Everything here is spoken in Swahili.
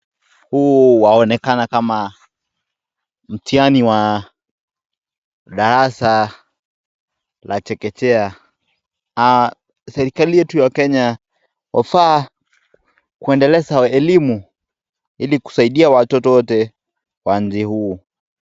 Huu waonekana kama mtihani wa darasa la chekechea. Serikali yetu ya Kenya yafaa kuendeleza elimu ili kusaidia watoto wote wa umri huu.